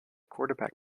quarterback